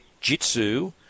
Jitsu